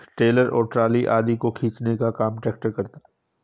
trailer और trolley आदि को खींचने का काम ट्रेक्टर करता है